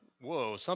whoa